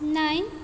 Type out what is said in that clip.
nine